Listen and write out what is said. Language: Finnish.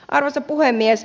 arvoisa puhemies